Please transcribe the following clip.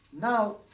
Now